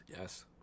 Yes